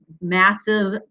massive